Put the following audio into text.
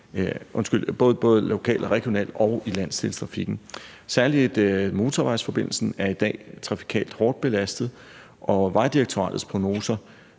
lokalt, regionalt og i forhold til landsdelstrafikken. Særlig motorvejsforbindelsen er i dag trafikalt hårdt belastet, og Vejdirektoratets prognoser,